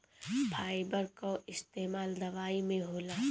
fibre कअ इस्तेमाल दवाई में होला